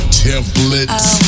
templates